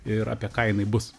ir apie ką jinai bus